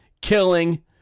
killing